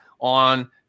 on